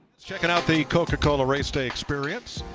checking out the coca-cola race day experience.